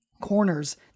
corners